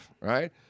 right